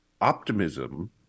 optimism